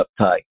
uptight